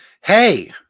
Hey